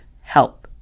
help